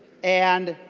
and